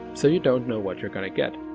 so you don't know what you're gonna get!